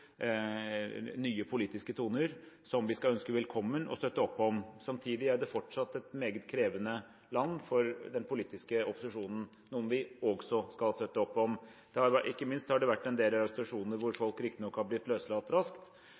nye politiske toner som vi skal ønske velkomne og støtte opp om. Samtidig er det fortsatt et meget krevende land for den politiske opposisjonen, som vi også skal støtte opp om. Ikke minst har det vært en del arrestasjoner. Folk har riktig nok blitt løslatt raskt,